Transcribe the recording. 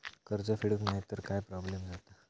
कर्ज फेडूक नाय तर काय प्रोब्लेम जाता?